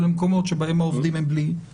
למקומות הם העובדים הם בלי תו ירוק.